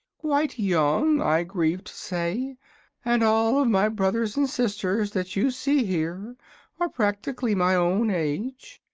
quite young, i grieve say and all of my brothers and sisters that you see here are practically my own age.